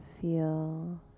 feel